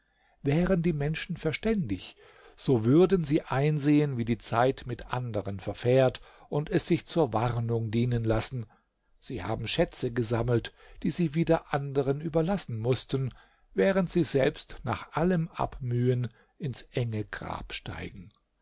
wären die menschen verständig so würden sie einsehen wie die zeit mit anderen verfährt und es sich zur warnung dienen lassen sie haben schätze gesammelt die sie wieder anderen überlassen mußten während sie selbst nach allem abmühen ins enge grab steigen